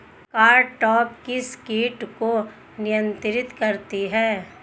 Cartap किस किट को नियंत्रित करती है?